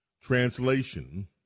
Translation